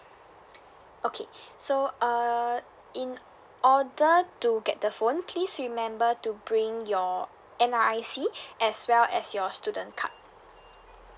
okay so uh in order to get the phone please remember to bring your N_R_I_C as well as your student card